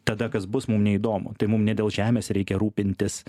tada kas bus mum neįdomu tai mum ne dėl žemės reikia rūpintis